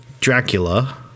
Dracula